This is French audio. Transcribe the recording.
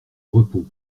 repos